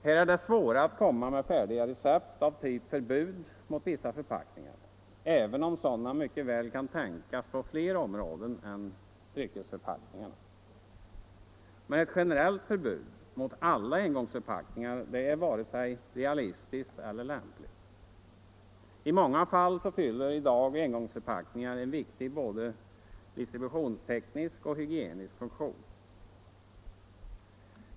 Här är det svårare att komma med färdiga recept av typ förbud mot vissa förpackningar, även om sådana mycket väl kan tänkas på flera områden än dryckesförpackningarnas. Men ett generellt förbud mot alla engångsförpackningar är varken realistiskt eller lämpligt. I många fall fyller i dag engångsförpackningar en viktig både distributionsteknisk och hygienisk funktion.